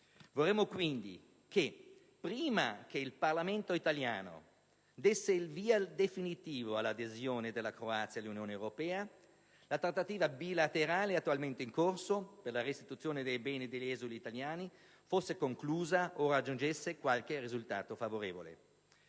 Vorremmo quindi che, prima che il Parlamento italiano desse il via definitivo all'adesione della Croazia all'Unione europea, la trattativa bilaterale attualmente in corso per la restituzione dei beni degli esuli italiani fosse conclusa o raggiungesse qualche risultato favorevole.